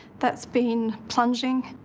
that's been plunging.